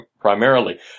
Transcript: primarily